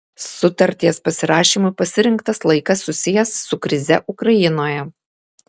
sutarties pasirašymui pasirinktas laikas susijęs su krize ukrainoje